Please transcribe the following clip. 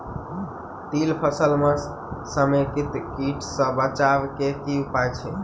तिल फसल म समेकित कीट सँ बचाबै केँ की उपाय हय?